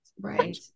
Right